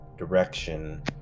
direction